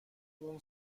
اون